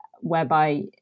whereby